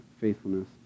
faithfulness